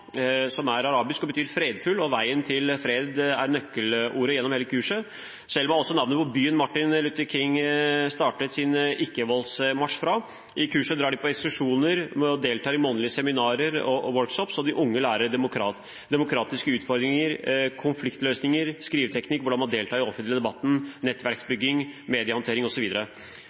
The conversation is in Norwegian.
som er arabisk og betyr fredfull, og veien til fred er nøkkelordene gjennom hele kurset. Selma er også navnet på byen som Martin Luther King jr. startet sin ikkevoldsmarsj fra. I kurset drar de på ekskursjoner, deltar i månedlige seminarer og workshoper, og de unge lærer om demokratiske utfordringer, konfliktløsning, skriveteknikk, om hvordan man deltar i den offentlige debatten, nettverksbygging, mediehåndtering